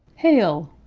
hail!